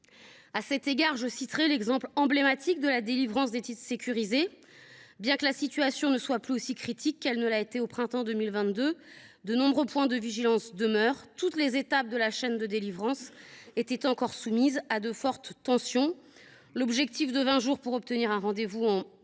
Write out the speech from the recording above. À cet égard, je citerai l’exemple emblématique de la délivrance des titres sécurisés. Bien que la situation ne soit plus aussi critique qu’elle l’a été au printemps de 2022, de nombreux points de vigilance demeurent, toutes les étapes de la chaîne de délivrance étant encore soumises à de fortes tensions. L’objectif d’un délai de vingt jours pour obtenir un rendez vous en